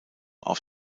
auf